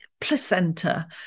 placenta